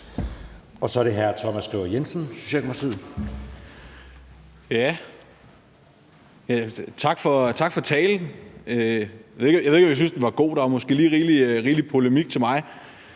Kl. 20:15 Thomas Skriver Jensen (S): Tak for talen. Jeg ved ikke, om jeg synes, den var god. Der var måske lige rigelig polemik til mig.